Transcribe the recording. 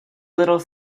little